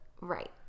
Right